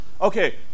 okay